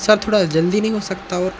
sir थोड़ा जल्दी नहीं हो सकता और